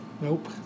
Nope